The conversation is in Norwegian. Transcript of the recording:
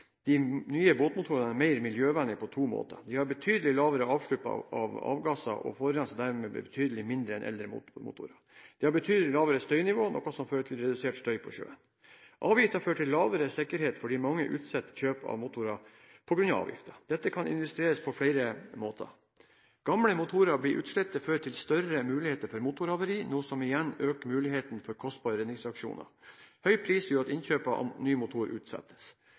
De nye båtmotorene er mer miljøvennlig på to måter. De har betydelig lavere utslipp av avgasser og forurenser dermed betydelig mindre enn eldre motorer. De har betydelig lavere støynivå, noe som fører til redusert støy på sjøen. Avgiften fører til lavere sikkerhet fordi mange utsetter kjøp av ny motor på grunn av avgiften. Dette kan illustreres på flere måter: Gamle motorer blir utslitte. Det fører til større risiko for motorhavari, noe som igjen øker risikoen for kostbare redningsaksjoner. Høy pris gjør at innkjøp av ny motor utsettes.